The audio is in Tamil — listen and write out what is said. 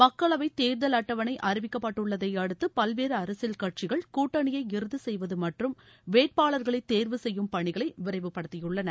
மக்களவைத் தேர்தல் அட்டவணை அறிவிக்கப்பட்டுள்ளதை அடுத்து பல்வேறு அரசியல் கட்சிகள் கூட்டணியை இறுதி செய்வது மற்றம் வேட்பாளர்களை தேர்வு செய்யும் பணிகளை விரைவுபடுத்தியுள்ளன